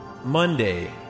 Monday